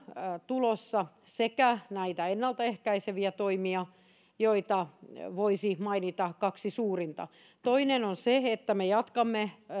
tulossa näitä ennalta ehkäiseviä toimia joista voisi mainita kaksi suurinta toinen on se että me jatkamme